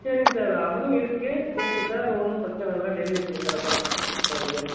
சரிங்க சார் அதுவும் இருக்குது ஓகே சார் ஒன்றும் பிரச்சனை இல்லை டெலிவரி பண்ணித் தர்றேன் சார் உங் உங்களுக்கு